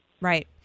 right